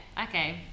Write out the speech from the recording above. okay